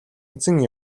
эзэн